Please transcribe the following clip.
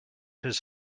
his